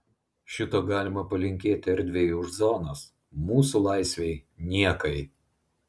šito galima palinkėti erdvei už zonos mūsų laisvei niekai